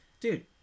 dude